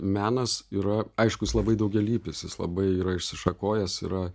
menas yra aišku jis labai daugialypis jis labai yra išsišakojęs yra